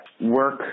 work